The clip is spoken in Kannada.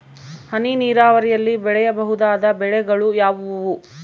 ಹನಿ ನೇರಾವರಿಯಲ್ಲಿ ಬೆಳೆಯಬಹುದಾದ ಬೆಳೆಗಳು ಯಾವುವು?